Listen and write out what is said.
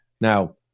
Now